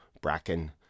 bracken